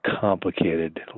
complicated